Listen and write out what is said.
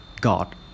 God